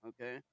Okay